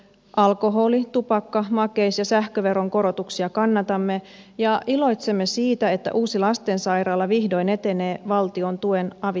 alkoholi tupakka makeis ja sähköveron korotuksia kannatamme ja iloitsemme siitä että uusi lastensairaala vihdoin etenee valtion tuen avittamana